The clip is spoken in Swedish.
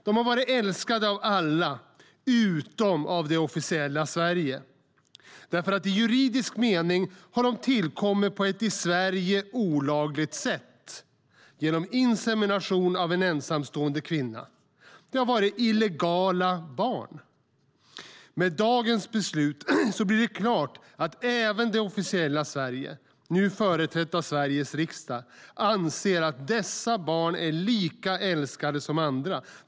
De har varit älskade av alla utom av det officiella Sverige, för i juridisk mening har de tillkommit på ett i Sverige olagligt sätt, genom insemination av en ensamstående kvinna. De har varit illegala barn. Med dagens beslut blir det klart att även det officiella Sverige, nu företrätt av Sveriges riksdag, anser att dessa barn är lika älskade som andra.